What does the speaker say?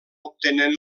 obtenen